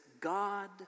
God